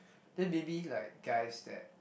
then maybe like guys that